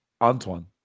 Antoine